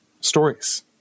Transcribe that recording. stories